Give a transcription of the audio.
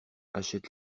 achète